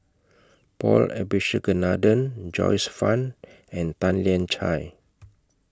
Paul Abisheganaden Joyce fan and Tan Lian Chye